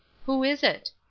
who is it?